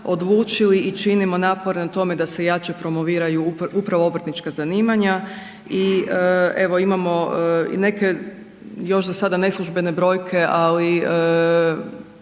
odlučili i činimo napore na tome da se jače promoviraju upravo obrtnička zanimanja i evo imamo neke još za sada neslužbene brojke ali